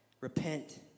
Repent